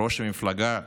ראש המפלגה שלי,